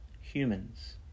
Humans